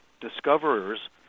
discoverers